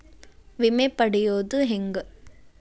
ವಿಮೆ ಪಡಿಯೋದ ಹೆಂಗ್?